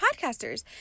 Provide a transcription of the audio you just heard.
podcasters